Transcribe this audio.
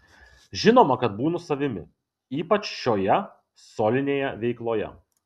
žinoma kad būnu savimi ypač šioje solinėje veikloje